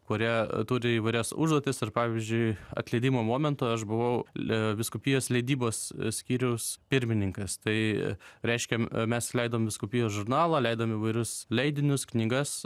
kurie turi įvairias užduotis pavyzdžiui atleidimo momentu aš buvau lei vyskupijos leidybos skyriaus pirmininkas tai reiškia mes leidom vyskupijos žurnalą leidom įvairius leidinius knygas